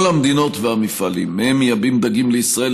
כל המדינות והמפעלים שמהם מייבאים דגים לישראל,